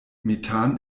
methan